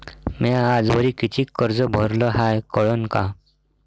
म्या आजवरी कितीक कर्ज भरलं हाय कळन का?